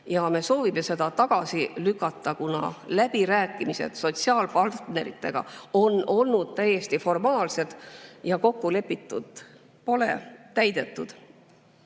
Me soovime seda tagasi lükata, kuna läbirääkimised sotsiaalpartneritega on olnud täiesti formaalsed ja kokkulepitut pole täidetud.